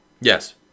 Yes